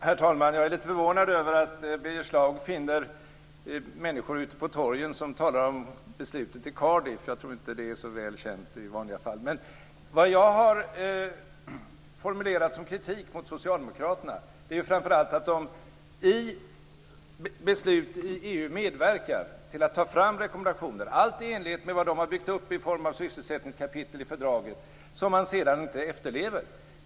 Herr talman! Jag är lite förvånad över att Birger Schlaug finner människor ute på torgen som talar om beslutet i Cardiff. Jag tror inte att det är så väl känt i vanliga fall. Vad jag har formulerat som kritik mot socialdemokraterna är framför allt att de i beslut i EU medverkar till att ta fram rekommendationer, allt i enlighet med vad de har byggt upp i form av sysselsättningskapitel i fördraget, som man sedan inte efterlever.